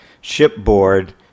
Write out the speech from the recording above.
Shipboard